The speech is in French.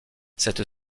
cette